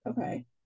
Okay